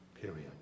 Period